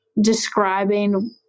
describing